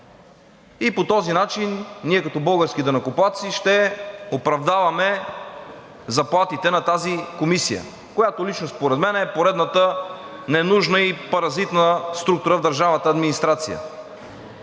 и по този начин ние като български данъкоплатци ще оправдаваме заплатите на тази комисия, която лично според мен е поредната ненужна и паразитна структура в държавната администрация.